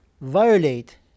violate